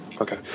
Okay